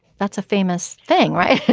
that's a famous thing right.